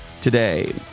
today